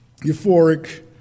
euphoric